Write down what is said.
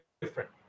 different